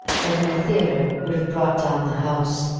that in a theatre would have brought down the house.